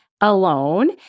alone